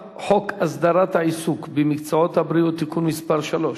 הסדרת העיסוק במקצועות הבריאות (תיקון מס' 3)